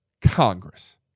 Congress